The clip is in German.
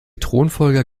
thronfolger